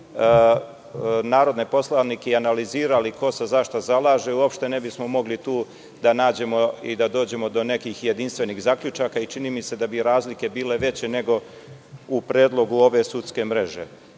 narodne poslanike i analizirali ko se za šta zalaže, uopšte ne bismo mogli da nađemo i da dođemo do nekih jedinstvenih zaključaka, jer čini mi se da bi razlike bile veće nego u predlogu ove sudske